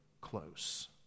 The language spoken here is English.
close